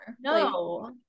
No